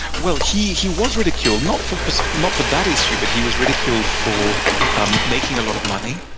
well, he he was ridiculed. not for not for that issue, but he was ridiculed for um making a lot of money,